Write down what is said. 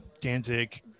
Danzig